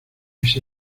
este